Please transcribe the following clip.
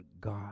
God